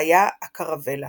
היה הקרוולה.